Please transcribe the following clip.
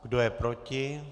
Kdo je proti?